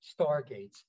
stargates